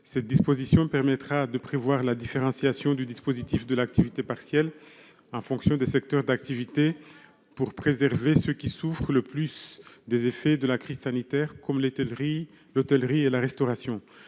dernier. Ainsi, on pourra prévoir la différenciation du dispositif d'activité partielle en fonction des secteurs d'activité pour préserver ceux qui souffrent le plus des effets de la crise sanitaire, comme l'hôtellerie et la restauration.